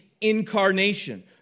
incarnation